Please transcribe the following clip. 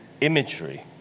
imagery